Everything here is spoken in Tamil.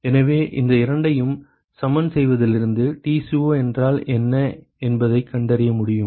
எனவே இந்த இரண்டையும் சமன் செய்வதிலிருந்து Tco என்றால் என்ன என்பதைக் கண்டறிய முடியும்